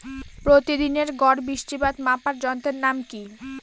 প্রতিদিনের গড় বৃষ্টিপাত মাপার যন্ত্রের নাম কি?